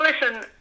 Listen